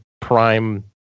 Prime